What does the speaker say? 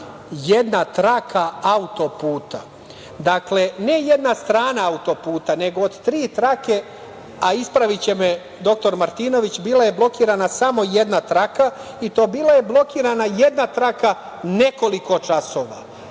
jedna traka auto-puta. Dakle, ne jedna strana auto-puta, nego od tri trake, a ispraviće me dr Martinović, bila je blokirana samo jedna traka, i to bila je blokirana jedna traka nekoliko časova.